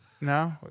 No